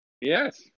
yes